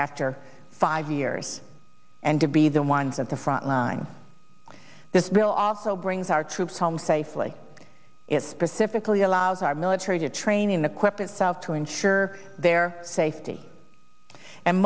after five years and to be the ones at the front line this bill also brings our troops home safely it specifically allows our military to train in the clip itself to ensure their safety and